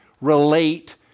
Relate